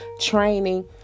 training